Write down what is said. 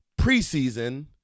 preseason